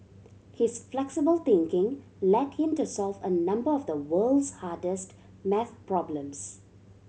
his flexible thinking led him to solve a number of the world's hardest math problems